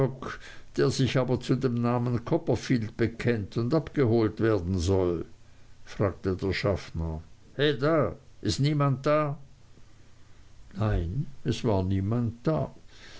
der sich aber zu dem namen copperfield bekennt und abgeholt werden soll fragte der schaffner heda ist niemand da nein es war niemand da